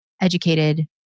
educated